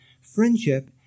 Friendship